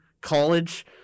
college